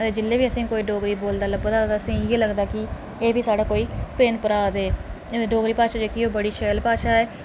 जिल्लै बी असेंगी कोई डोगरी बोलदा लभदा ऐ ते असेंगी इयै लगदा ऐ जे एह् बी साढ़े कोई भैण भ्रा न डोगरी भाशा ऐ एह् बड़ी शैल भाशा ऐ